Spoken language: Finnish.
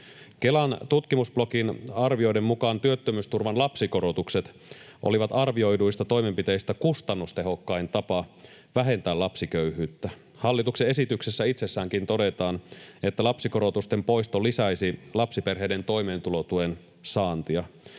Kelan tutkimusblogin arvioiden mukaan työttömyysturvan lapsikorotukset olivat arvioiduista toimenpiteistä kustannustehokkain tapa vähentää lapsiköyhyyttä. Hallituksen esityksessä itsessäänkin todetaan, että lapsikorotusten poisto lisäisi lapsiperheiden toimeentulotuen saantia.